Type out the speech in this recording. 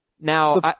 Now